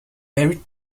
very